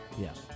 Yes